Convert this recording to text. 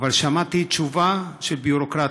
אבל שמעתי תשובה של ביורוקרטיה,